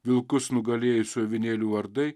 vilkus nugalėjusių avinėlių vardai